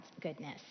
goodness